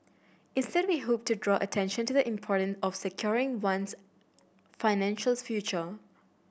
instead we hoped to draw attention to the importance of securing one's financial future